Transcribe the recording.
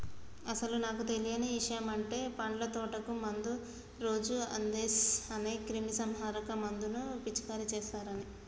అసలు నాకు తెలియని ఇషయమంటే పండ్ల తోటకు మందు రోజు అందేస్ అనే క్రిమీసంహారక మందును పిచికారీ చేస్తారని